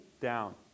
down